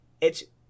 It's-